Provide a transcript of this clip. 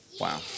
Wow